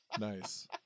Nice